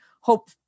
hope